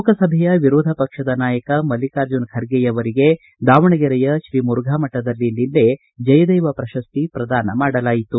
ಲೋಕಸಭೆಯ ವಿರೋಧ ಪಕ್ಷದ ನಾಯಕ ಮಲ್ಲಿಕಾರ್ಜುನ ಖರ್ಗೆಯವರಿಗೆ ದಾವಣಗೆರೆಯ ಶ್ರೀ ಮುರುಫಾಮಕದಲ್ಲಿ ನಿನ್ನೆ ಜಯದೇವ ಪ್ರಶಸ್ತಿ ಪ್ರದಾನ ಮಾಡಲಾಯಿತು